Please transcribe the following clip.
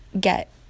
get